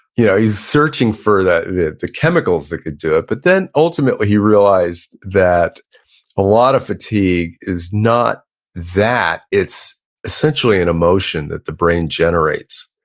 yeah he's searching for the the chemicals that could do it, but then, ultimately, he realized that a lot of fatigue is not that, it's essentially an emotion that the brain generates,